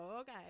okay